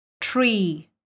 tree